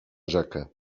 rzekę